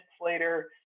later